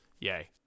Yay